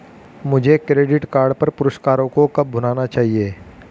मुझे credit card पर पुरस्कारों को कब भुनाना चाहिए?